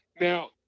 now